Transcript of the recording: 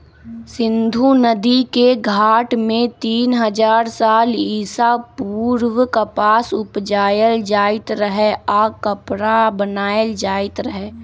सिंधु नदिके घाट में तीन हजार साल ईसा पूर्व कपास उपजायल जाइत रहै आऽ कपरा बनाएल जाइत रहै